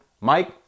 Mike